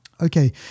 Okay